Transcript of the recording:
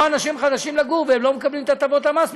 והם לא מקבלים את הטבות המס,